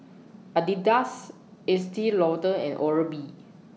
Adidas Estee Lauder and Oral B